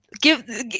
give